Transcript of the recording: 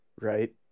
right